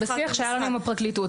בשיח שהיה לנו עם הפרקליטות,